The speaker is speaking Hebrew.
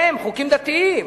חוקים דתיים,